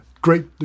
Great